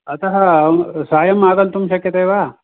अतः सायम् आगन्तुं शक्यते वा